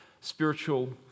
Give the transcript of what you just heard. spiritual